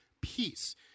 peace